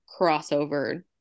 crossover